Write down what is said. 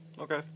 Okay